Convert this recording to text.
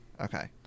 Okay